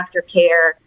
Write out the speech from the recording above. aftercare